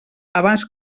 abans